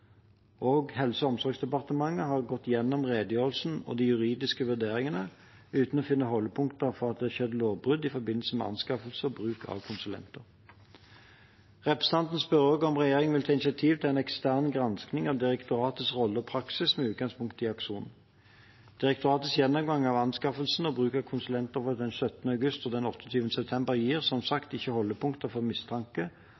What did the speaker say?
Helse- og omsorgsdepartementet har gått gjennom redegjørelsen og de juridiske vurderingene uten å finne holdepunkter for at det er skjedd lovbrudd i forbindelse med anskaffelse og bruk av konsulenter. Representanten spør også om regjeringen vil ta initiativ til en ekstern gransking av direktoratets roller og praksis, med utgangspunkt i Akson. Direktoratets gjennomgang av anskaffelsen og bruk av konsulenter fra den 17. august og den 28. september gir, som